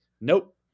Nope